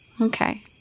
okay